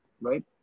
right